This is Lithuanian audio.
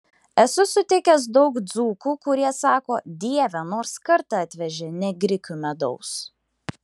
esu sutikęs daug dzūkų kurie sako dieve nors kartą atvežė ne grikių medaus